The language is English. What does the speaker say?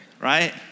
right